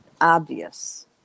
Obvious